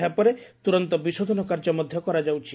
ଏହା ପରେ ତୁରନ୍ତ ବିଶୋଧନ କାର୍ଯ୍ୟ ମଧ୍ଧ କରାଯାଉଛି